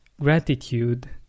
gratitude